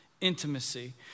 intimacy